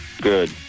Good